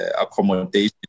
accommodation